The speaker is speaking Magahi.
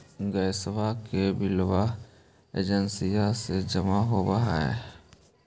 गैसवा के बिलवा एजेंसिया मे जमा होव है?